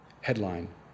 Headline